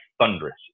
thunderous